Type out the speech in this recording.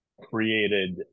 created